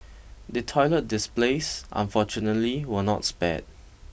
the toilet displays unfortunately were not spared